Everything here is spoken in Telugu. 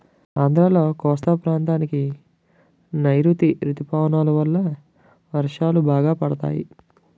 ఆంధ్రాలో కోస్తా ప్రాంతానికి నైరుతీ ఋతుపవనాలు వలన వర్షాలు బాగా పడతాయి